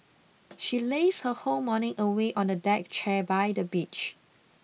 she lazed her whole morning away on a deck chair by the beach